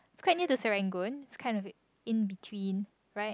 it's quite near to Serangoon it's kind of it in between right